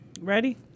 Ready